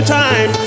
time